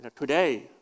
Today